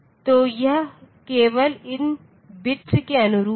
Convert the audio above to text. तो यह केवल इन बिट्स के अनुरूप है